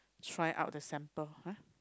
try out the sample ah